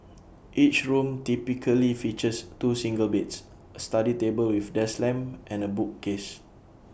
each room typically features two single beds A study table with desk lamp and A bookcase